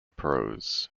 prose